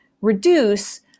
reduce